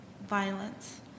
violence